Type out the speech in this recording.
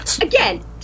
again